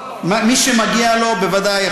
מי שמגיע לו, בוודאי.